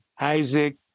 Isaac